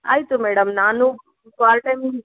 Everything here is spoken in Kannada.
ಆಯಿತು ಮೇಡಮ್ ನಾನು ಪಾರ್ಟ್ ಟೈಮ್